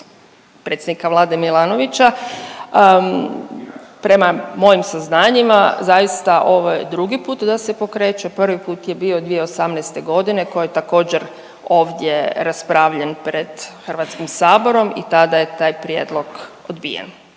predsjednika vlade Milanovića. Prema mojim saznanjima, zaista ovo je drugi put da se pokreće, prvi put je bio 2018. koje je također, raspravljen pred HS-om i tada je taj prijedlog odbijen.